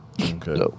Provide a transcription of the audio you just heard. Okay